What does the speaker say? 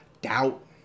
doubt